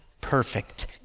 perfect